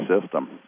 system